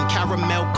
Caramel